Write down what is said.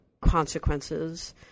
consequences